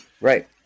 Right